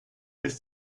ist